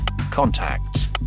contacts